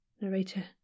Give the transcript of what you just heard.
Narrator